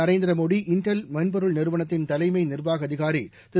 Narendra Modi Intel மென்பொருள் நிறுவனத்தின் தலைமை நிர்வாக அதிகாரி திரு